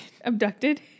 Abducted